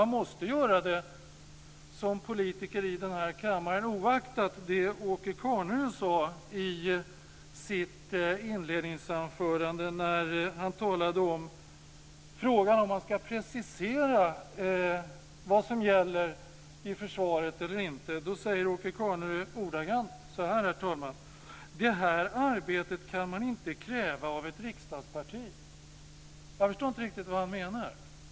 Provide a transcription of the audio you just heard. Man måste göra det som politiker i den här kammaren, oaktat det Åke Carnerö sade i sitt inledningsanförande. Han talade om frågan om man ska precisera vad som gäller i försvaret eller inte. Åke Carnerö sade ordagrant: Det här arbetet kan man inte kräva av ett riksdagsparti. Jag förstår inte riktigt vad han menar.